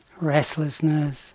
Restlessness